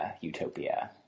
utopia